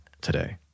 today